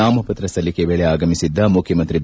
ನಾಮಪತ್ರ ಸಲ್ಲಿಕೆ ವೇಳೆ ಆಗಮಿಸಿದ್ದ ಮುಖ್ಯಮಂತ್ರಿ ಬಿ